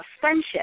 friendship